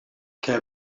que